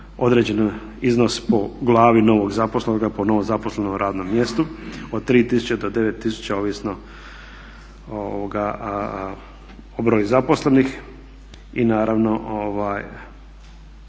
određeni iznos po glavi novog zaposlenoga, po novozaposlenom radnom mjestu od 3 do 9 tisuću ovisno o broju zaposlenih. I naravno ono